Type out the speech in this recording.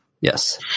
Yes